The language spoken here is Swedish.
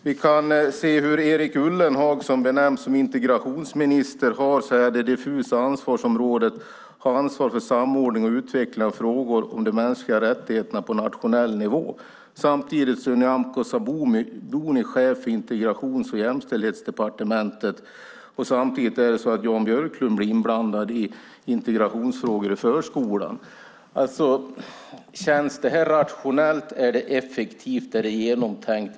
Vi kan se hur Erik Ullenhag, som benämns som integrationsminister, har ett diffust ansvarsområde med ansvar för samordning och utveckling av frågor om de mänskliga rättigheterna på nationell nivå. Samtidigt är Nyamko Sabuni chef för Integrations och jämställdhetsdepartementet. Samtidigt är det så att Jan Björklund blir inblandad i integrationsfrågor i förskolan. Känns det här rationellt? Är det effektivt? Är det genomtänkt?